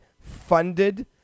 funded